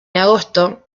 agosto